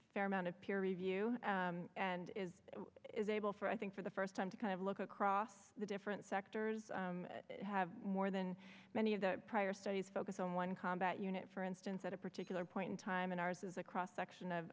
a fair amount of peer review and is is able for i think for the first time to kind of look across the different sectors have more than many of the prior studies focus on one combat unit for instance at a particular point in time and ours is a cross section of